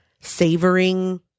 savoring